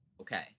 Okay